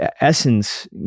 Essence